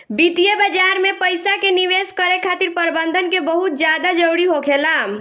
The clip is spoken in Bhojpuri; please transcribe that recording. वित्तीय बाजार में पइसा के निवेश करे खातिर प्रबंधन के बहुत ज्यादा जरूरी होखेला